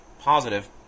positive